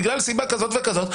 בגלל סיבה כזאת וכזאת,